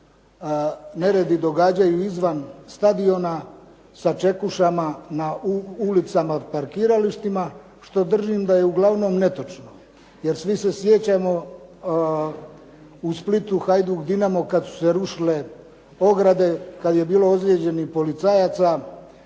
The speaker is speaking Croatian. neredi događaju izvan stadiona sačekušama na ulicama, parkiralištima što držim da je uglavnom netočno jer svi se sjećamo u Splitu Hajduk-Dinamo kad su se rušile ograde, kad je bilo ozlijeđenih policajaca,